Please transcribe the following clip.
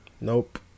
Nope